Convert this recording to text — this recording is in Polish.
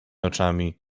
oczami